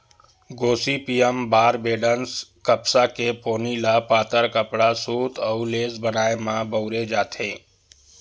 Gossypium बारबेडॅन्स कपसा के पोनी ल पातर कपड़ा, सूत अउ लेस बनाए म बउरे जाथे